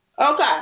Okay